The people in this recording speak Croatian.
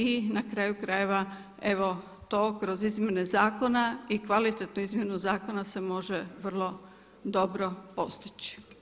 I na kraju krajeva evo to kroz izmjene zakona i kvalitetnu izmjenu zakona se može vrlo dobro postići.